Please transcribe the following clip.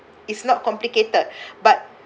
it's not complicated but